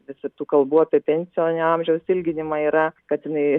vis tik tų kalbų apie pensinio amžiaus ilginimą yra kad jinai